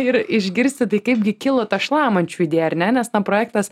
ir išgirsti tai kaipgi kilo ta šlamančių idėja ar ne nes na projektas